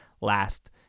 last